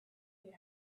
you